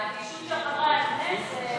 האדישות של חברי הכנסת,